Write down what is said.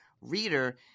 reader